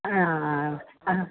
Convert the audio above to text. ആ ആ ആ